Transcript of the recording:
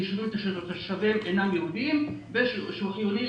ליישובים שתושביהם אינם יהודים; שירות חיוני,